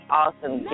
awesome